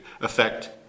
affect